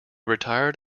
retired